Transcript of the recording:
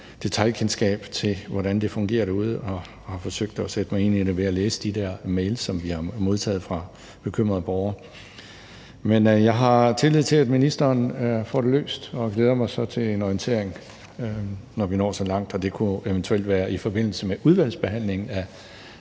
detailkendskab til, hvordan det fungerer derude, og jeg har forsøgt at sætte mig ind i det ved at læse de der mails, som vi har modtaget fra bekymrede borgere. Men jeg har tillid til, at ministeren får det løst, og jeg glæder mig så til en orientering, når vi når så langt, og det kunne eventuelt være i forbindelse med udvalgsbehandlingen af